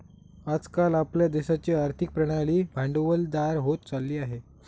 आज काल आपल्या देशाची आर्थिक प्रणाली भांडवलदार होत चालली आहे